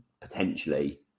potentially